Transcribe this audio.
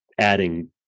adding